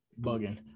Bugging